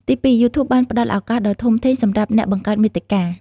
ទីពីរ យូធូបបានផ្ដល់ ឱកាសដ៏ធំធេងសម្រាប់អ្នកបង្កើតមាតិកា។